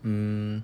mm